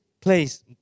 place